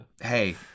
Hey